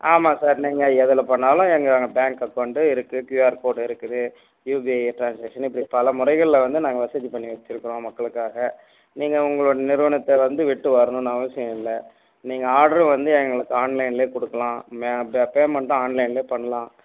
ஆமாம் சார் நீங்கள் எதில் பண்ணாலும் எங்கள் பேங்க் அக்கௌன்ட் இருக்கு க்யூஆர் கோட் இருக்குது யூபிஐ டிரான்ஸாக்ஷன் இப்படி பல முறைகளில் வந்து நாங்கள் வசதி பண்ணி வச்சுருக்கோம் மக்களுக்காக நீங்கள் உங்களோட நிறுவனத்தை வந்து விட்டு வரணும்ன்னு அவசியம் இல்லை நீங்கள் ஆர்டர் வந்து எங்களுக்கு ஆன்லைன்லையே கொடுக்கலாம் மே பே பேமெண்ட்டும் ஆன்லைன்லையே பண்ணலாம்